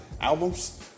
albums